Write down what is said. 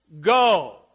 go